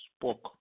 spoke